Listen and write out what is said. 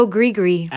Grigri